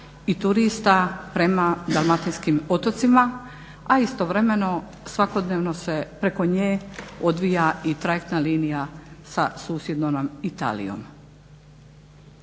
i turista prema dalmatinskim otocima, a istovremeno svakodnevno se preko nje odvija i trajektna linija sa susjednom nam Italijom.